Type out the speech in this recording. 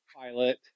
pilot